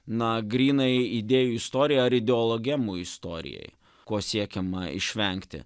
na grynai idėjų istorijai ar ideologemų istorijai ko siekiama išvengti